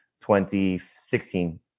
2016